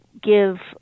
give –